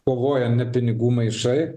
kovoja ne pinigų maišai